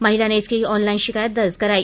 महिला ने इसकी ऑनलाइन शिकायत दर्ज कराई